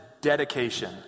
dedication